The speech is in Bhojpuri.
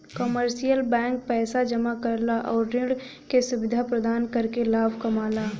कमर्शियल बैंक पैसा जमा करल आउर ऋण क सुविधा प्रदान करके लाभ कमाला